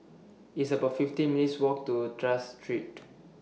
It's about fifty minutes' Walk to Tras Street